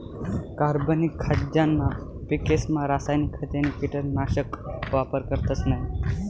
कार्बनिक खाद्यना पिकेसमा रासायनिक खते नी कीटकनाशकसना वापर करतस नयी